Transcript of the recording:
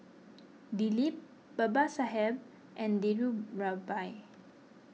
Dilip Babasaheb and Dhirubhai